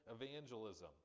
evangelism